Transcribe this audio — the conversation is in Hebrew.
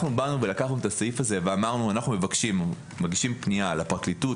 אנחנו לקחנו את הסעיף הזה ואמרנו אנחנו מגישים פנייה לפרקליטות,